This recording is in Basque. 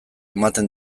ematen